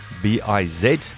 B-I-Z